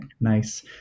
Nice